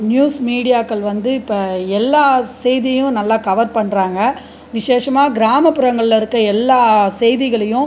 news மீடியாக்கள் வந்து இப்போ எல்லா செய்தியும் நல்லா கவர் பண்ணுறாங்க விசேஷமாக கிராமப்புறங்களில் இருக்கற எல்லா செய்திகளையும்